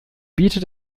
bietet